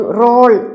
role